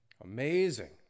Amazing